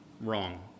wrong